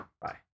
Bye